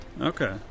okay